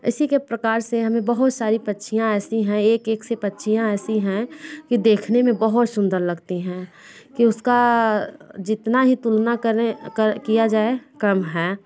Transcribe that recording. इसी के प्रकार से हमें बहुत सारी पक्षियाँ ऐसी हैं एक एक से पक्षियाँ ऐसी है कि देखने में बहुत सुंदर लगती हैं की उसका जितना ही तुलना करे किया जाए काम है